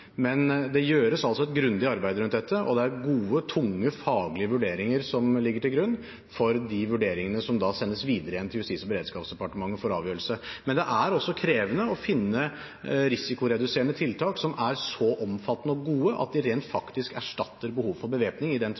Men det gjøres altså et grundig arbeid rundt dette, og det er gode, tunge faglige vurderinger som ligger til grunn for de vurderingene som da sendes videre til Justis- og beredskapsdepartementet for avgjørelse. Men det er også krevende å finne risikoreduserende tiltak som er så omfattende og gode at de rent faktisk erstatter behovet for bevæpning i